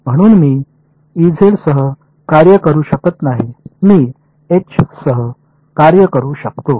म्हणून मी सह कार्य करू शकत नाही मी एच सह कार्य करू शकतो